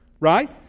Right